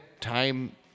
Time